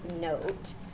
note